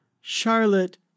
Charlotte